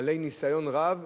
בעלי ניסיון רב,